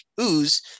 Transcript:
ooze